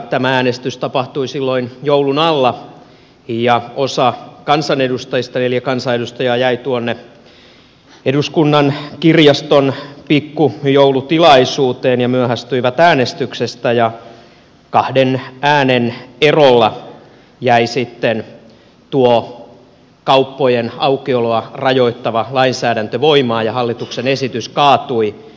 tämä äänestys tapahtui silloin joulun alla ja osa kansanedustajista neljä kansanedustajaa jäi tuonne eduskunnan kirjaston pikkujoulutilaisuuteen ja myöhästyi äänestyksestä ja kahden äänen erolla jäi sitten tuo kauppojen aukioloa rajoittava lainsäädäntö voimaan ja hallituksen esitys kaatui